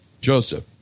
Joseph